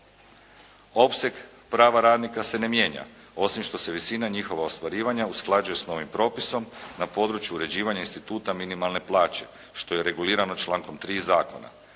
Opseg prava radnika se ne mijenja, osim što se visina njihova ostvarivanja usklađuje s novim propisom na području uređivanja instituta minimalne plaće, što je regulirano člankom 3. zakona.